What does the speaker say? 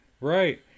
Right